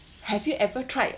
have you ever tried